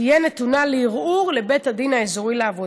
תהיה נתונה לערעור לבית הדין האזורי לעבודה.